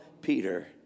Peter